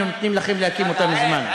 היינו נותנים לכם להקים אותה מזמן.